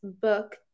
book